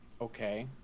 Okay